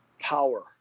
power